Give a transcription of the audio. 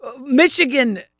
Michigan